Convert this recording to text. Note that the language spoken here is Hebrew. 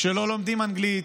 כשלא לומדים אנגלית,